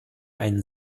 einen